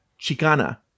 Chicana